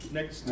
Next